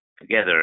together